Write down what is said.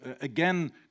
again